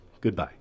goodbye